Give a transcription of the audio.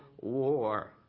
war